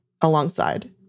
alongside